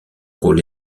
rôle